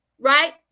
right